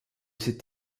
ces